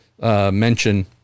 mention